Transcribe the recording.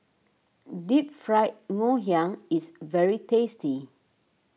Deep Fried Ngoh Hiang is very tasty